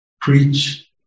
preach